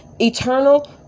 eternal